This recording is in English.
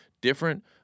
different